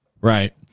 Right